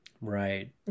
Right